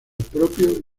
propio